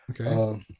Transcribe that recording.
Okay